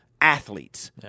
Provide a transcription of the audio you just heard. athletes